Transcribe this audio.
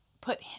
put